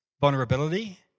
vulnerability